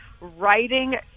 writing